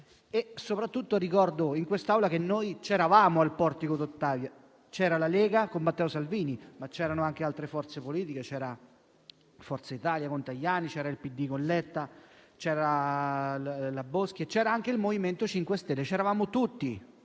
Soprattutto, ricordo in quest'Aula che noi c'eravamo al Portico d'Ottavia. C'era la Lega con Matteo Salvini, ma c'erano anche altre forze politiche: c'era Forza Italia con Tajani, c'era il PD con Letta, c'era la Boschi e c'era anche il MoVimento 5 Stelle. C'eravamo tutti